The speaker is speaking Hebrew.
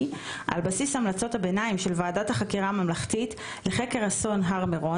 על בסיס המלצות הביניים של ועדת החקירה הממלכתית לחקר אסון הר מירון